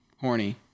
Horny